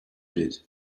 did